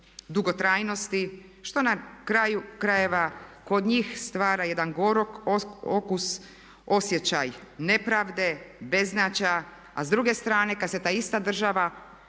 što na kraju krajeva kod njih stvara jedan gorak okus, osjećaj nepravde, beznađa, a s druge strane kad se ta ista država